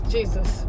Jesus